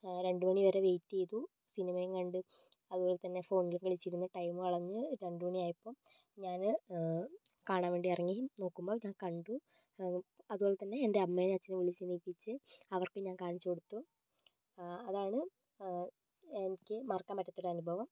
രണ്ട് മണി വരെ വൈറ്റ് ചെയ്തു സിനിമയും കണ്ട് അത്പോലെത്തന്നെ ഫോണിലും കളിച്ചിരുന്ന് ടൈം കളഞ്ഞ് രണ്ട് മണിയായപ്പം ഞാന് കാണാൻവേണ്ടി ഇറങ്ങി നോക്കുമ്പോൾ ഞാൻ കണ്ടു അത്പോലെത്തന്നെ എൻ്റെ അമ്മേനെം അച്ഛനെം വിളിച്ചെണീപ്പിച്ച് അവർക്കും ഞാൻ കാണിച്ച് കൊടുത്തു അതാണ് ആഹ് ഒരിക്കലും മറക്കാൻ പറ്റാത്ത ഒരനുഭവം